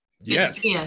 Yes